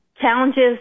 challenges